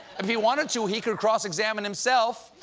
if he wanted to, he could cross-examine himself.